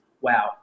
Wow